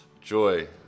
joy